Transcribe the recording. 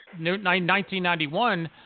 1991